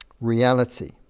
reality